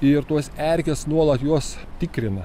ir tos erkės nuolat juos tikrina